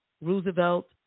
Roosevelt